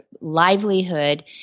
livelihood